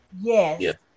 Yes